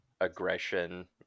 aggression